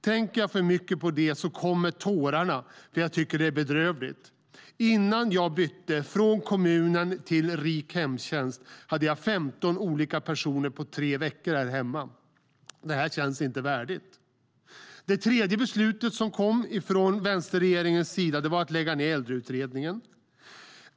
Tänker jag för mycket på det så kommer tårarna, för jag tycker det är bedrövligt. Innan jag bytte från kommunen till Rik hemtjänst hade jag 15 olika personer på tre veckor här hemma. Det känns inte värdigt. Det tredje beslutet från vänsterregeringen var att lägga ned Äldreutredningen.